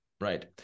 right